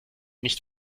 nicht